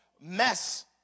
mess